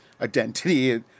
Identity